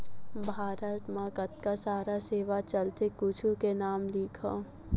भारत मा कतका सारा सेवाएं चलथे कुछु के नाम लिखव?